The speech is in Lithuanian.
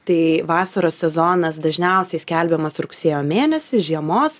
tai vasaros sezonas dažniausiai skelbiamas rugsėjo mėnesį žiemos